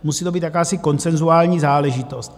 Musí to být jakási konsenzuální záležitost.